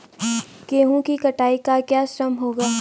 गेहूँ की कटाई का क्या श्रम होगा?